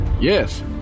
Yes